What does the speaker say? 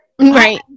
Right